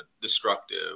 destructive